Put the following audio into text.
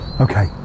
Okay